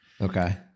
okay